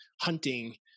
hunting